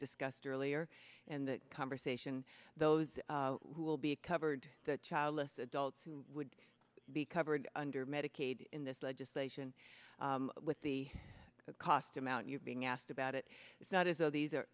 discussed earlier and the conversation those who will be covered the childless adults who would be covered under medicaid in this legislation with the cost amount you're being asked about it is not as though these